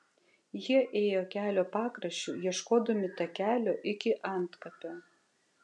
jie ėjo kelio pakraščiu ieškodami takelio iki antkapio